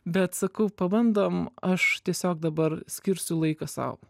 bet sakau pabandom aš tiesiog dabar skirsiu laiką sau